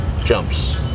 jumps